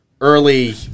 early